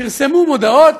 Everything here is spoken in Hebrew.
פרסמו מודעות,